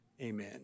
amen